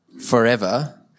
forever